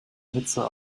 hitze